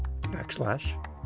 backslash